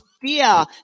fear